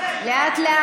מה?